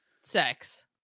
sex